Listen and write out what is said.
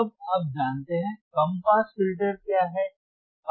अब आप जानते हैं कम पास फिल्टर क्या हैं